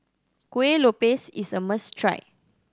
Kueh Lopes is a must try